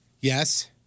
Yes